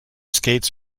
skates